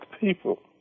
people